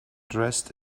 dressed